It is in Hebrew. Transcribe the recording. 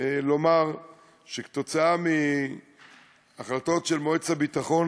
לומר שבעקבות ההחלטות האחרונות של מועצת הביטחון,